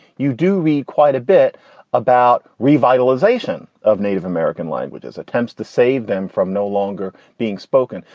you do read quite a bit about revitalization of native american languages, attempts to save them from no longer being spoken.